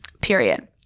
period